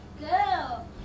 girl